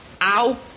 Ow